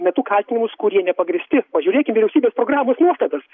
metu kaltinimus kurie nepagrįsti pažiūrėkim vyriausybės programos nuostatas